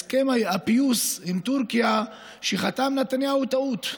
הסכם הפיוס עם טורקיה שחתם נתניהו הוא טעות.